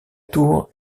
tour